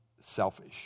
selfish